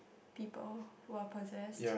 people who are possessed